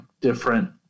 different